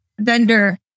vendor